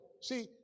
see